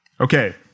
Okay